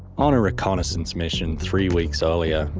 on a reconnaissance mission three weeks earlier,